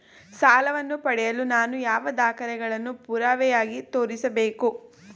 ಸಾಲವನ್ನು ಪಡೆಯಲು ನಾನು ಯಾವ ದಾಖಲೆಗಳನ್ನು ಪುರಾವೆಯಾಗಿ ತೋರಿಸಬೇಕು?